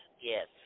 yes